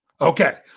Okay